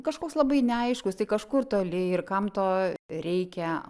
kažkoks labai neaiškus tai kažkur toli ir kam to reikia